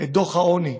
את דוח העוני,